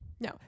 No